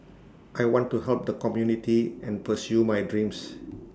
I want to help the community and pursue my dreams